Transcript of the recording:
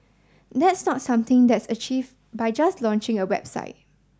that's not something that's achieve by just launching a website